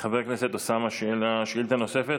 חבר הכנסת אוסאמה, שאילתה נוספת?